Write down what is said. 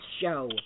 Show